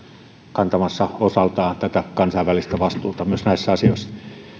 kantamassa osaltaan tätä kansainvälistä vastuuta myös näissä asioissa